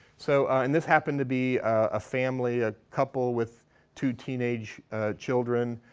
so and this happened to be a family, a couple with two teenage children,